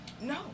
No